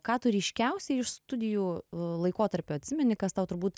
ką tu ryškiausiai iš studijų laikotarpio atsimeni kas tau turbūt